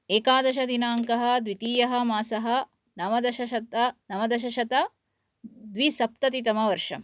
एकादशदिनाङ्कः द्वितीयः मासः नवदशशत नवदशशतद्बिसप्ततितमवर्षम्